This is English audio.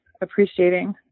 appreciating